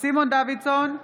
סימון דוידסון,